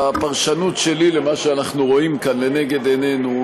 הפרשנות שלי למה שאנחנו רואים כאן לנגד עינינו,